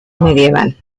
medieval